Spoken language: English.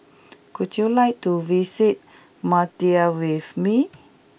would you like to visit Madrid with me